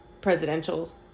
presidential